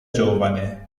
giovane